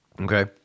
Okay